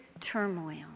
turmoil